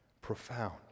profound